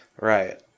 Right